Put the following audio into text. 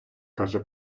каже